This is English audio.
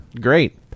Great